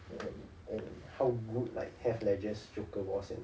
and and how good like heath ledger's joker was and